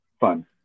fun